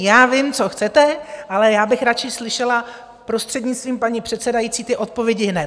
Já vím, co chcete, ale já bych radši slyšela, prostřednictvím paní předsedající, ty odpovědi hned.